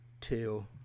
two